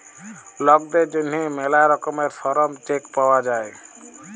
লকদের জ্যনহে ম্যালা রকমের শরম চেক পাউয়া যায়